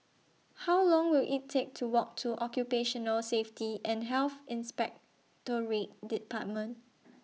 How Long Will IT Take to Walk to Occupational Safety and Health Inspectorate department